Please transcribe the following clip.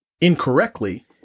incorrectly